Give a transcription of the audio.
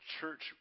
church